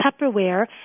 Tupperware